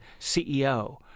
CEO